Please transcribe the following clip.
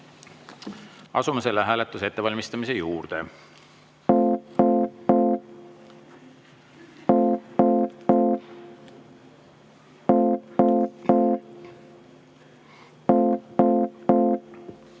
Asume selle hääletuse ettevalmistamise juurde.